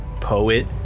poet